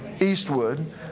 Eastwood